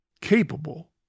capable